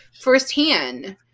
firsthand